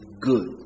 good